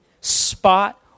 spot